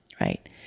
right